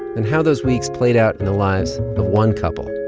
and how those weeks played out in the lives of one couple,